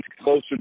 closer